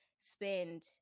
spend